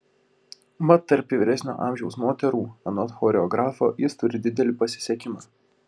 mat tarp vyresnio amžiaus moterų anot choreografo jis turi didelį pasisekimą